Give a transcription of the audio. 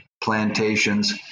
plantations